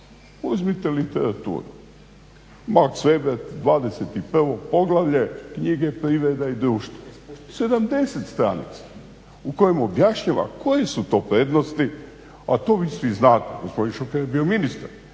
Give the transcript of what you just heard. Uzmite literaturu. Max Weber 21. poglavlje knjige Privrede i društvo, 70 stranica u kojem objašnjava koje su to prednosti, a to vi svi znate. Gospodin Šuker je bio ministar,